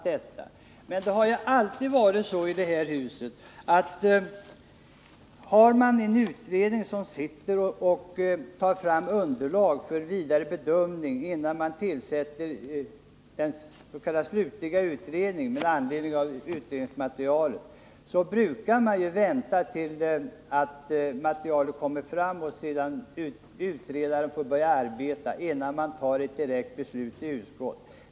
I det här huset har det emellertid alltid varit så, att har man en utredning som tar fram underlag, innan man tillsätter den s.k. slutliga utredningen, brukar man vänta tills materialet kommit fram och utredaren börjat arbeta. Först sedan fattar man ett direkt beslut i utskottet.